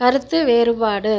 கருத்து வேறுபாடு